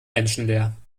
menschenleer